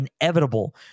inevitable